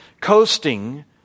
coasting